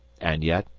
and yet,